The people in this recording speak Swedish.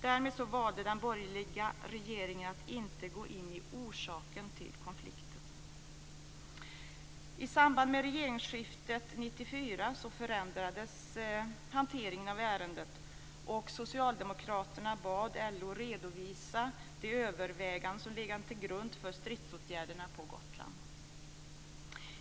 Därmed valde den borgerliga regeringen att inte gå in på orsaken till konflikten. I samband med regeringsskiftet 1994 förändrades hanteringen av ärendet. Socialdemokraterna bad LO att redovisa de överväganden som legat till grund för stridsåtgärderna på Gotland.